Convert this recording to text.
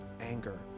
anger